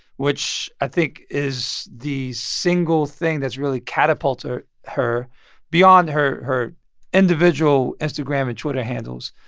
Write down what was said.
which i think is the single thing that's really catapulted her beyond her her individual instagram and twitter handles.